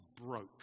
broke